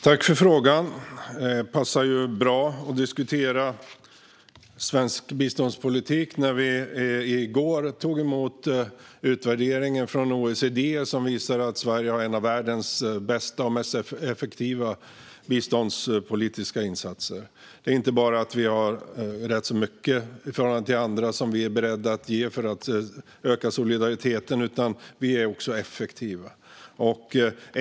Fru talman! Tack, Magdalena Schröder, för frågan! Det passar ju bra att diskutera svensk biståndspolitik när vi i går tog emot utvärderingen från OECD, som visar att Sverige har en av världens bästa och mest effektiva biståndspolitiska insatser. Det är inte bara att vi är beredda att ge rätt mycket i förhållande till andra för att öka solidariteten, utan vi är också effektiva.